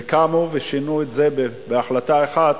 וקמו ושינו את זה בהחלטה אחת,